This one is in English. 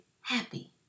happy